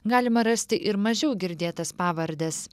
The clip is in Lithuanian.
galima rasti ir mažiau girdėtas pavardes